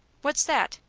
what's that?